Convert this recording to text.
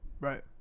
Right